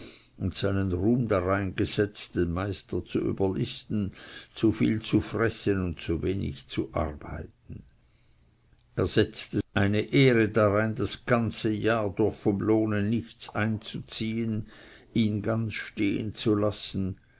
und seinen ruhm dareingesetzt den meister zu überlistelen zu viel zu fressen und zu wenig zu arbeiten er setzte eine ehre darein das ganze jahr durch vom lohne nichts einzuziehen ihn ganz stehen zu lassen